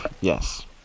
yes